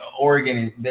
Oregon